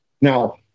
Now